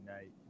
night